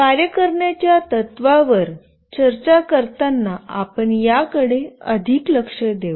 कार्य करण्याच्या तत्त्वावर चर्चा करताना आपण याकडे अधिक लक्ष देऊ